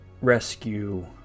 rescue